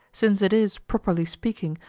since it is, properly speaking,